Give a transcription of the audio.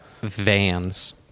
vans